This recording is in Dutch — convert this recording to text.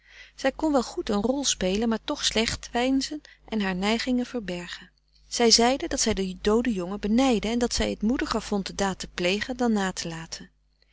zij kon wel goed een rol spelen frederik van eeden van de koele meren des doods maar toch slecht veinzen en haar neigingen verbergen zij zeide dat zij den dooden jongen benijdde en dat zij het moediger vond de daad te plegen dan na te laten